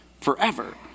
forever